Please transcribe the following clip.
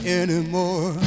anymore